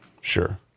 Sure